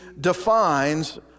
defines